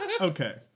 okay